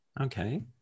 Okay